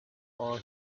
all